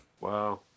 Wow